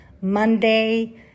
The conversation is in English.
Monday